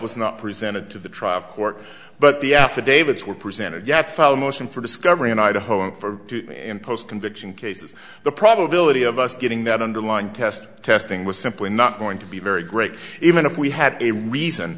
was not presented to the trial court but the affidavits were presented yet found a motion for discovery in idaho and for post conviction cases the probability of us getting that underlying test testing was simply not going to be very great even if we had a reason